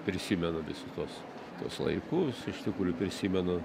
prisimenu vis tuos tuos laikus iš tikrųjų prisimenu